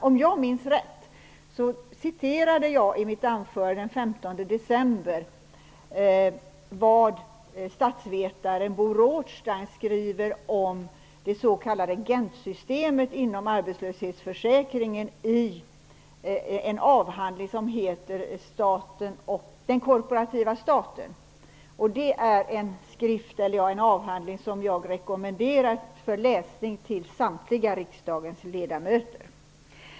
Om jag minns rätt citerade jag i mitt anförande den 15 december vad statsvetaren Bo Rothstein skriver om det s.k. Gentsystemet inom arbetslöshetsförsäkringen i en avhandling som heter Den korporativa staten. Det är en avhandling som jag rekommenderar för läsning för samtliga riksdagens ledamöter.